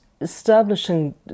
establishing